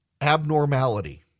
abnormality